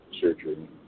surgery